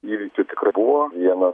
įvykių tikrai buvo vienas